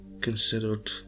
considered